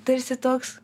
tarsi toks